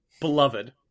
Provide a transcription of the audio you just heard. beloved